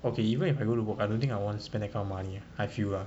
okay even if I go to work I don't think I want to spend that kind of money I feel lah